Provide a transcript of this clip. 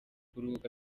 kuruhuka